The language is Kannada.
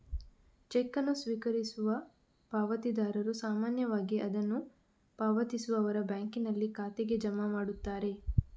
ಚೆಕ್ ಅನ್ನು ಸ್ವೀಕರಿಸುವ ಪಾವತಿದಾರರು ಸಾಮಾನ್ಯವಾಗಿ ಅದನ್ನು ಪಾವತಿಸುವವರ ಬ್ಯಾಂಕಿನಲ್ಲಿ ಖಾತೆಗೆ ಜಮಾ ಮಾಡುತ್ತಾರೆ